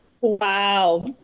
Wow